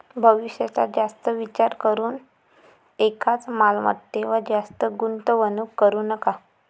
भविष्याचा जास्त विचार करून एकाच मालमत्तेवर जास्त गुंतवणूक करू नका